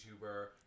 YouTuber